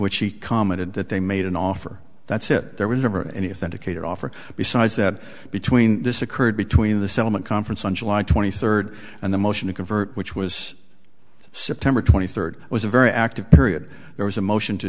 which he commented that they made an offer that's it there was never anything to cater offer besides that between this occurred between the settlement conference on july twenty third and the motion to convert which was september twenty third was a very active period there was a motion to